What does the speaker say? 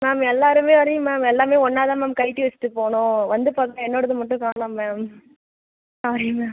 ma'am எல்லோருமே வரையும் ma'am எல்லோருமே ஒன்றா தான் மேம் கழட்டி வச்சுட்டு போனோம் வந்து பார்த்தா என்னோடது மட்டும் காணோம் மேம் சாரி மேம்